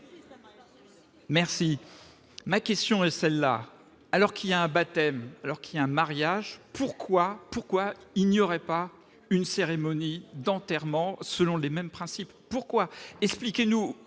Merci, ma question est celle là alors qu'il y a un baptême, alors qu'il y a un mariage, pourquoi, pourquoi il n'y aurait pas une cérémonie d'enterrement, selon les mêmes principes pourquoi expliquez-nous